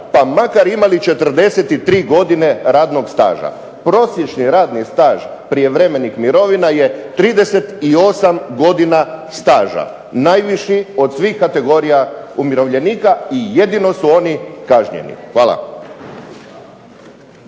pa makar imali 43 godine radnog staža. Prosječni radni staž prijevremenih mirovina je 38 godina staža. Najviši od svih kategorija umirovljenika i jedino su oni kažnjeni. Hvala.